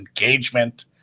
engagement